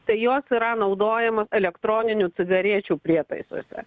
tai jos yra naudojamos elektroninių cigarečių prietaisuose